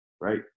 right